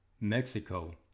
Mexico